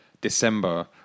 December